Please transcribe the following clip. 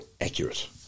accurate